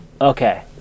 Okay